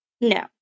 No